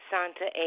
Santa